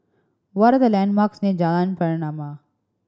what are the landmarks near Jalan Pernama